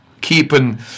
keeping